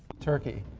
turkey.